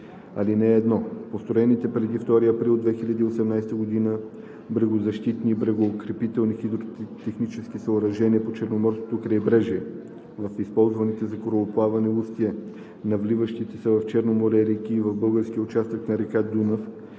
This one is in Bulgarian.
„§ 57. (1) Построените преди 2 април 2018 г. брегозащитни и брегоукрепителни хидротехнически съоръжения по Черноморското крайбрежие в използваните за корабоплаване устия на вливащите се в Черно море реки и в българския участък на река Дунав,